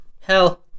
hell